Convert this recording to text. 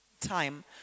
time